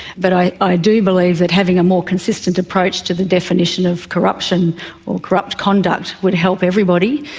but i i do believe that having a more consistent approach to the definition of corruption or corrupt conduct would help everybody.